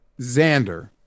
Xander